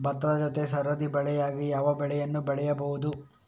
ಭತ್ತದ ಜೊತೆ ಸರದಿ ಬೆಳೆಯಾಗಿ ಯಾವ ಬೆಳೆಯನ್ನು ಬೆಳೆಯಬಹುದು?